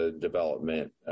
development